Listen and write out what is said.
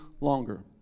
longer